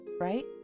right